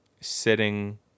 sitting